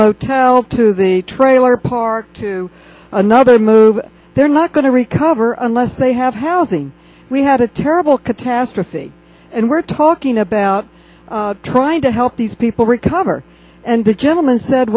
motel to the trailer park to another move they're not going to recover unless they have housing we had a terrible catastrophe and we're talking about trying to help these people recover and the gentleman said